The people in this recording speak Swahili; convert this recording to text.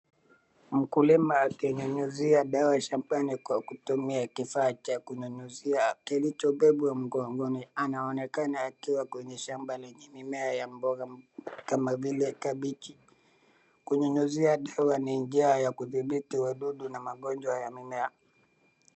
Mkulima akinyunyuzia dawa shambani kwa kutumia kifaa cha kunyunyuzia kilichbebwa mgongoni anaonekana akiwa kwenye shamba lenye mimea ya mboga kama vile kabeji, kunyunyuzia dawa ni njia ya kudhibiti wadudu na magonjwa ya mimea.